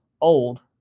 old